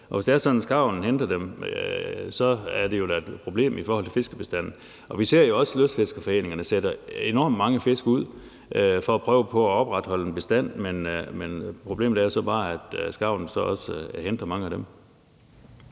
hvis det er sådan, at skarven henter dem, er det da et problem i forhold til fiskebestanden. Vi ser også, at lystfiskerforeningerne sætter enormt mange fisk ud for at prøve på at opretholde en bestand, men problemet er jo så bare, at skarven også henter mange af dem.